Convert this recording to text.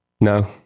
No